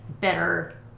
better